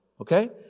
Okay